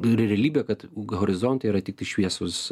realybė kad horizontai yra tiktai šviesūs